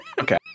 Okay